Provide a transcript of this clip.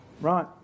right